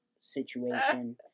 situation